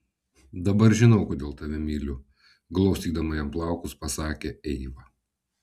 dabar žinau kodėl tave myliu glostydama jam plaukus pasakė eiva